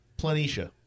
Planitia